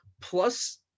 plus